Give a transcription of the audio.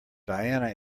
diana